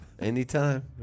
Anytime